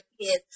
kids